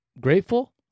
grateful